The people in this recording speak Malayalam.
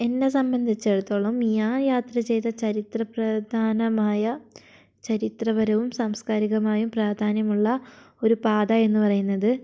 എന്നെ സംബന്ധിച്ചിടത്തോളം ഞാൻ യാത്ര ചെയ്ത ചരിത്ര പ്രധാനമായ ചരിത്രപരമായും സാംസ്കാരികമായും പ്രാധാന്യമുള്ള ഒരു പാതയെന്ന് പറയുന്നത്